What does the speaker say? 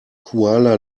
kuala